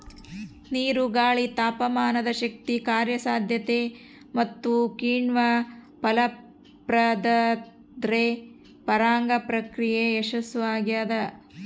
ನೀರು ಗಾಳಿ ತಾಪಮಾನಶಕ್ತಿ ಕಾರ್ಯಸಾಧ್ಯತೆ ಮತ್ತುಕಿಣ್ವ ಫಲಪ್ರದಾದ್ರೆ ಪರಾಗ ಪ್ರಕ್ರಿಯೆ ಯಶಸ್ಸುಆಗ್ತದ